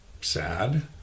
sad